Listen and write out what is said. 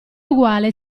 uguale